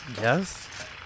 Yes